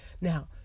Now